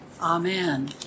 Amen